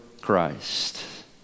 Christ